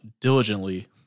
diligently